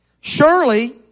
Surely